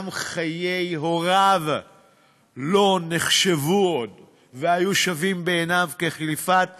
גם חיי הוריו לא נחשבו עוד והיו שווים בעיניו כקליפת השום.